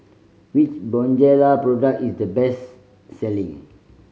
which Bonjela product is the best selling